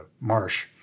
Marsh